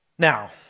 Now